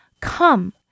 Come